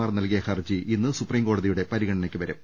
മാർ നൽകിയ ഹർജി ഇന്ന് സുപ്രീംകോടതിയുടെ പരിഗണനയ്ക്ക് വരും